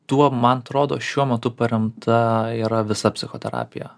tuo man atrodo šiuo matu paremta yra visa psichoterapija